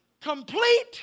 complete